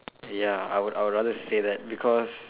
ya I would I would rather say that because